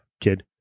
kid